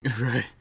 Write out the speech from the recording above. Right